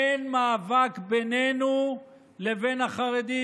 אין מאבק בינינו לבין החרדים.